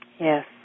Yes